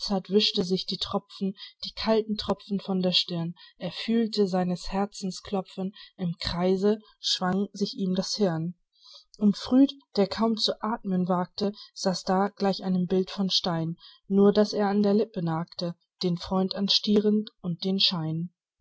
wischte sich die tropfen die kalten tropfen von der stirn er fühlte seines herzens klopfen im kreise schwang sich ihm das hirn und früd der kaum zu athmen wagte saß da gleich einem bild von stein nur daß er an der lippe nagte den freund anstierend und den schein